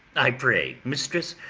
i pray, mistress,